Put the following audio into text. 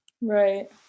Right